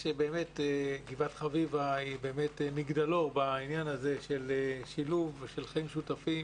גבעת חביבה היא באמת מגדלור בעניין הזה של שילוב ושל חיים משותפים